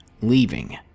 leaving